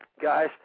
guys